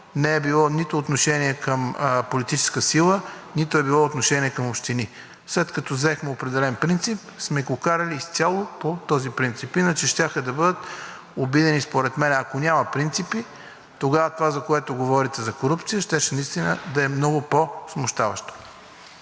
не е било нито отношение към политическа сила, нито е било отношение към общини. След като взехме определен принцип, сме го карали изцяло по този принцип, иначе щяха да бъдат обидени според мен. Ако няма принципи, тогава това, за което говорите – за корупция, щеше наистина да е много по-смущаващо.